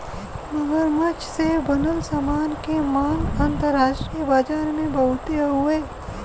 मगरमच्छ से बनल सामान के मांग अंतरराष्ट्रीय बाजार में बहुते हउवे